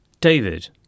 David